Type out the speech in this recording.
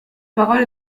parole